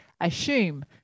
assume